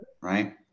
right